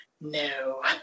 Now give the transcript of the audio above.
no